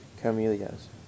Camellias